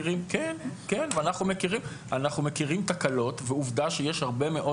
אנחנו מכירים תקלות ועובדה שיש הרבה מאוד